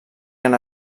gran